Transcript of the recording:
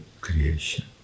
creation